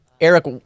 eric